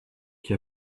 qui